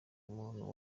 muntu